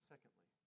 Secondly